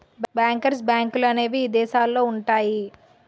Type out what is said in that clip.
bankers బ్యాంకులనేవి ఇదేశాలల్లో ఉంటయ్యి